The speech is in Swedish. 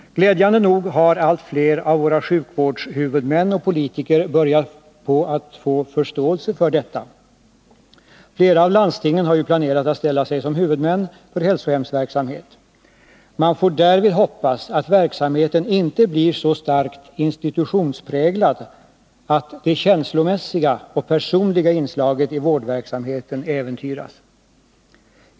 Glädjande nog har allt fler av våra sjukvårdshuvudmän och politiker börjat få förståelse för detta. Flera av landstingen har ju planerat att ställd sig som huvudmän för hälsohemsverksamhet. Man får därvid hoppas att verksamheten inte blir så starkt institutionspräglad att det känslomässiga och personliga inslaget i vårdverksamheten äventyras.